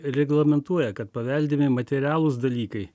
reglamentuoja kad paveldimi materialūs dalykai